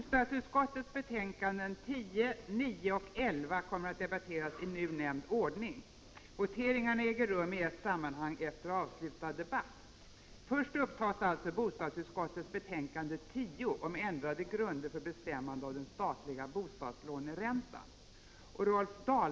Skatteutskottets betänkanden 12, 13 och 14 kommer att debatteras i tur och ordning. Voteringarna äger rum i ett sammanhang efter avslutad debatt. Först upptas alltså skatteutskottets betänkande 12 om ändrad beskattning av gasol.